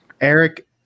Eric